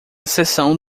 seção